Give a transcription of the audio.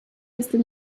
jestli